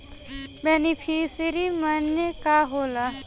Beneficiary मने का होला?